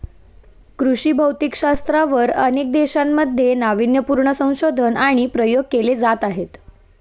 कृषी भौतिकशास्त्रावर अनेक देशांमध्ये नावीन्यपूर्ण संशोधन आणि प्रयोग केले जात आहेत